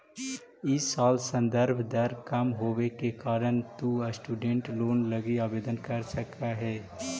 इ साल संदर्भ दर कम होवे के कारण तु स्टूडेंट लोन लगी आवेदन कर सकऽ हे